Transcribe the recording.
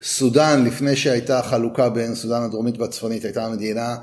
סודאן, לפני שהייתה חלוקה בין סודאן הדרומית והצפונית, הייתה מדינה